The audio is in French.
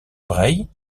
braye